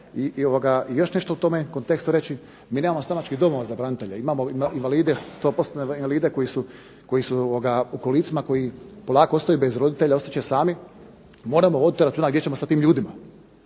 I još nešto o tome u kontekstu reći, mi nemamo …/Ne razumije se./… domova za branitelje. Imamo invalide, stopostotne invalide koji su u kolicima, koji polako ostaju bez roditelja, ostat će sami, moramo voditi računa gdje ćemo sa tim ljudima.